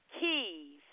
keys